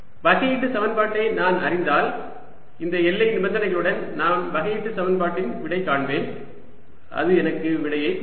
வகையீட்டு சமன்பாட்டை நான் அறிந்தால் இந்த எல்லை நிபந்தனைகளுடன் நான் வகையீட்டு சமன்பாட்டின் விடை காண்பேன் அது எனக்கு விடையை கொடுக்கும்